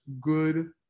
good